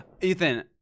Ethan